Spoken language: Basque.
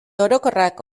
orokorrak